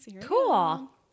Cool